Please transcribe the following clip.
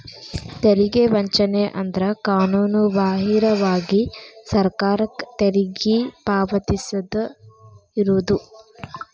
ತೆರಿಗೆ ವಂಚನೆ ಅಂದ್ರ ಕಾನೂನುಬಾಹಿರವಾಗಿ ಸರ್ಕಾರಕ್ಕ ತೆರಿಗಿ ಪಾವತಿಸದ ಇರುದು